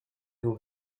who